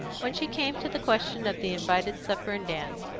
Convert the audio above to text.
when she came to the question of the invited supper and dance,